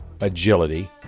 agility